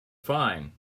fine